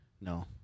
No